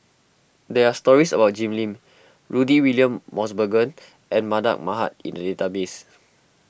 there are stories about Jim Lim Rudy William Mosbergen and Mardan Mamat in the database